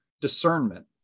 discernment